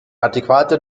adäquate